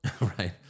Right